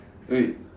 wait